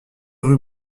rue